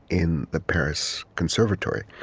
in the paris conservatory.